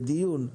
לדיון,